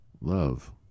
love